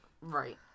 right